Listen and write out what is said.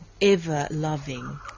ever-loving